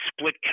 split